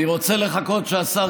אני רוצה לחכות שהשר ישב.